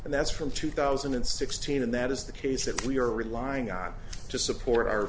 and that's from two thousand and sixteen and that is the case that we are relying on to support our